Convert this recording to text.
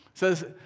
Says